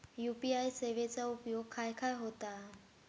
UPI सेवेचा उपयोग खाय खाय होता?